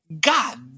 god